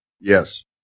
Yes